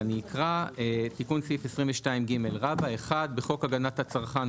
ואני אקרא: "תיקון סעיף 22ג 1. בחוק הגנת הצרכן,